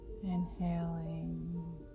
Inhaling